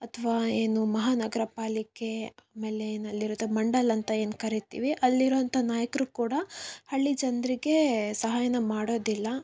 ಅಥವಾ ಏನು ಮಹಾನಗರ ಪಾಲಿಕೆ ಆಮೇಲೆ ಏನು ಅಲ್ಲಿರುತ್ತೆ ಮಂಡಲ ಅಂತ ಏನು ಕರಿತೀವಿ ಅಲ್ಲಿರುವಂತ ನಾಯಕರು ಕೂಡ ಹಳ್ಳಿ ಜನರಿಗೆ ಸಹಾಯ ಮಾಡೋದಿಲ್ಲ